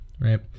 Right